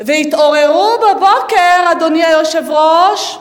ויתעוררו בבוקר, אדוני היושב-ראש,